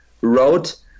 wrote